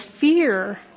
fear